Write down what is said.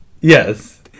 Yes